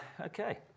Okay